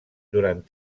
durant